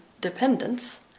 dependence